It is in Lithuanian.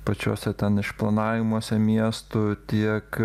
pačiuose ten išplanavimuose miestų tiek